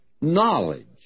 knowledge